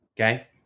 Okay